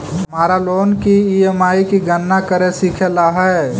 हमारा लोन की ई.एम.आई की गणना करे सीखे ला हई